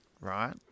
right